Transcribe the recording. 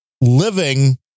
living